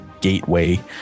gateway